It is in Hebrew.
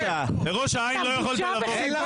לראש העין לא יכולת לבוא?